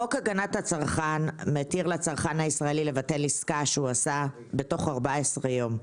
חוק הגנת הצרכן מתיר לצרכן הישראלי לבטל עסקה שהוא עשה בתוך 14 יום.